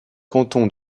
canton